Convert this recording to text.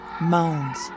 moans